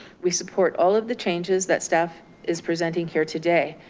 we support all of the changes that staff is presenting here today.